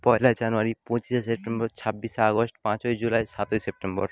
পয়লা January পঁচিশে September ছাব্বিশে August পাঁচই জুলাই সাতই সেপ্টেম্বর